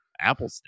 Apple